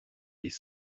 des